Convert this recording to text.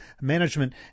Management